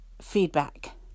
feedback